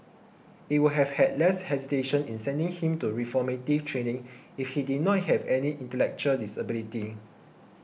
it would have had less hesitation in sending him to reformative training if he did not have any intellectual disability